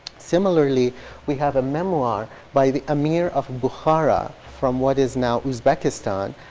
similarly we have a memoir by the amir of bukhara, from what is now uzbekistan.